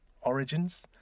Origins